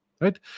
right